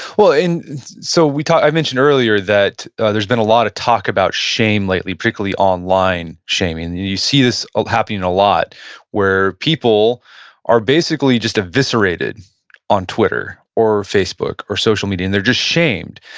well and so we talked, i mentioned earlier that there's been a lot of talk about shame lately, particularly online shaming. you see this ah happening a lot where people are basically just eviscerated on twitter or facebook or social media and they're just shamed.